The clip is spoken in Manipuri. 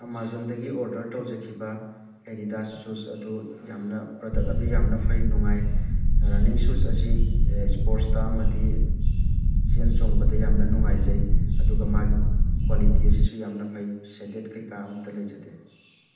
ꯑꯥꯃꯥꯖꯣꯟꯗꯒꯤ ꯑꯣꯔꯗꯔ ꯇꯧꯖꯈꯤꯕ ꯑꯦꯗꯤꯗꯥꯁ ꯁꯨꯁ ꯑꯗꯨ ꯌꯥꯝꯅ ꯄ꯭ꯔꯗꯛ ꯑꯗꯨ ꯌꯥꯝꯅ ꯐꯩ ꯅꯨꯡꯉꯥꯏ ꯔꯟꯅꯤꯡ ꯁꯨꯁ ꯑꯁꯤ ꯏꯁꯄꯣꯔꯠꯁꯇ ꯑꯃꯗꯤ ꯆꯦꯟ ꯆꯣꯡꯕꯗ ꯌꯥꯝꯅ ꯅꯨꯡꯉꯥꯏꯖꯩ ꯑꯗꯨꯒ ꯃꯥꯒꯤ ꯀ꯭ꯋꯥꯂꯤꯇꯤ ꯑꯁꯤꯁꯨ ꯌꯥꯝꯅ ꯐꯩ ꯁꯦꯗꯦꯠ ꯀꯩꯀꯥ ꯑꯝꯇ ꯂꯩꯖꯗꯦ